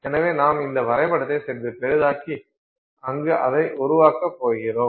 எனவே நாம் இந்த வரைபடத்தை சிறிது பெரிதாக்கி அங்கிருந்து அதை உருவாக்கப் போகிறோம்